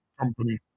company